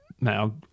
Now